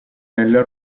nel